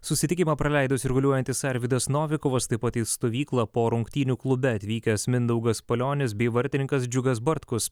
susitikimą praleido sirguliuojantis arvydas novikovas taip pat į stovyklą po rungtynių klube atvykęs mindaugas palionis bei vartininkas džiugas bartkus